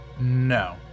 No